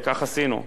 וכך עשינו.